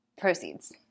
proceeds